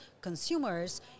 consumers